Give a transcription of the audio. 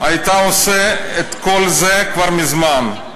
הייתה עושה את כל זה כבר מזמן.